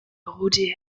rudi